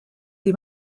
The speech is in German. die